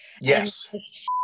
Yes